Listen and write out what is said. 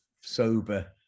sober